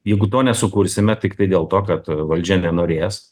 jeigu to nesukursime tiktai dėl to kad valdžia nenorės